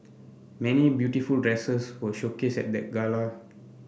many beautiful dresses were showcased at the gala